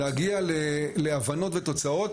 להגיע להבנות ולתוצאות,